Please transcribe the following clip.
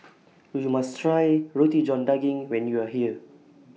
YOU must Try Roti John Daging when YOU Are here